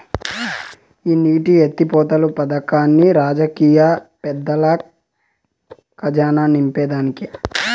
ఈ నీటి ఎత్తిపోతలు పదకాల్లన్ని రాజకీయ పెద్దల కజానా నింపేదానికే